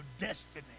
destiny